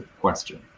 question